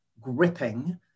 gripping